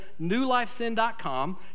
newlifesin.com